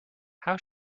how